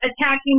attacking